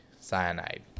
Cyanide